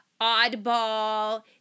oddball